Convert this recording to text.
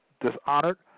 dishonored